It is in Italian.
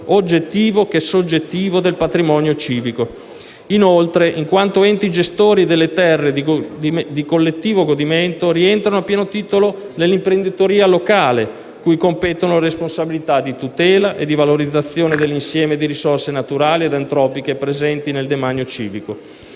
oggettivo, che soggettivo del patrimonio civico. Inoltre, in quanto enti gestori delle terre di collettivo godimento, essi rientrano a pieno titolo nell'imprenditoria locale, cui competono le responsabilità di tutela e valorizzazione dell'insieme di risorse naturali e antropiche presenti nel demanio civico.